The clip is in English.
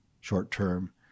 short-term